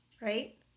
right